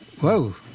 Whoa